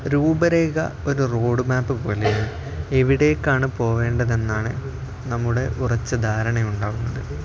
രൂപരേഖ ഒരു road map പോലെയാണ് എവിടേയ്ക്കാണ് പോകേണ്ടതെന്നാണ് നമ്മുടെ ഉറച്ച ധാരണയുണ്ടാകുന്നത്